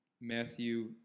Matthew